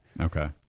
Okay